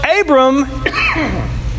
Abram